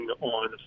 on